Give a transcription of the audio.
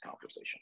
conversation